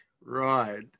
Right